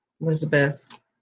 Elizabeth